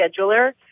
scheduler